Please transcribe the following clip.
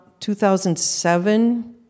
2007